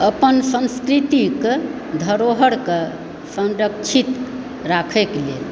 अपन संस्कृतिके धरोहरके संरक्षित राखएके लेल